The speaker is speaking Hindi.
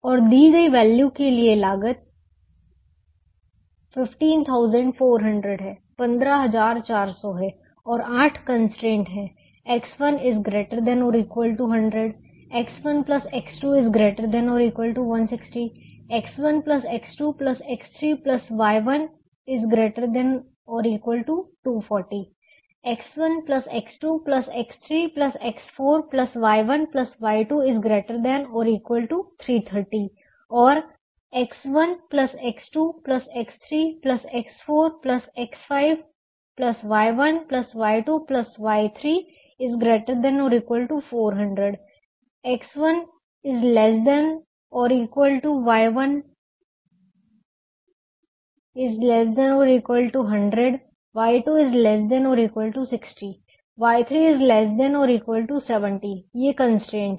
और दी गई वैल्यू के लिए लागत 15400 है और आठ कंस्ट्रेंट हैं X1 ≥ 100 X1X2 ≥ 160 X1X2X3Y1 ≥ 240 X1X2X3X4Y1Y2 ≥ 330 और X1X2X3 X4X5Y1Y2Y3 ≥ 400 X1 ≤ Y1 ≤ 100 Y2 ≤ 60 Y3 ≤ 70 ये कंस्ट्रेंट हैं